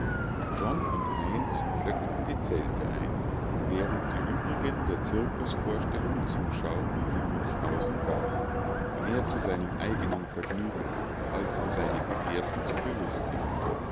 john und heinz pflöckten die zelte ein während die übrigen der zirkusvorstellung zuschauten die münchhausen gab mehr zu seinem eigenen vergnügen als um seine gefährten zu belustigen